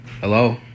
Hello